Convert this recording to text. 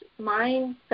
mindset